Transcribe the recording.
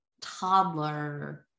toddler